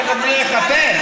תכף נראה איך אתם,